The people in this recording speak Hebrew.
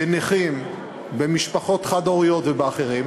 בנכים, במשפחות חד-הוריות ובאחרים,